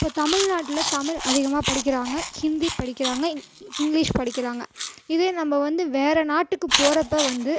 இப்போது தமிழ்நாட்டில் தமிழ் அதிகமாக படிக்கிறாங்க ஹிந்தி படிக்கிறாங்க இங்கிலிஷ் படிக்கிறாங்க இதே நம்ம வந்து வேறு நாட்டுக்கு போகிறப்ப வந்து